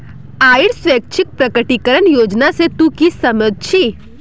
आइर स्वैच्छिक प्रकटीकरण योजना से तू की समझ छि